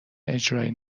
اجرایی